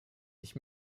ich